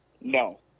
No